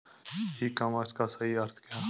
E commerce का सही अर्थ क्या है?